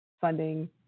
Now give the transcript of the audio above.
funding